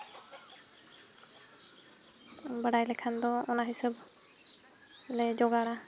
ᱵᱟᱲᱟᱭ ᱞᱮᱠᱷᱟᱱ ᱫᱚ ᱚᱱᱟ ᱦᱤᱥᱟᱹᱵ ᱞᱮ ᱡᱚᱜᱟᱲᱟ